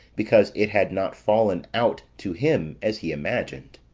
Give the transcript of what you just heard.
because it had not fallen out to him as he imagined.